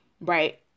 right